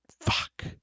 Fuck